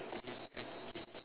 stay still